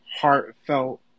heartfelt